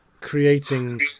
creating